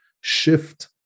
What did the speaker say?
shift